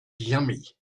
yummy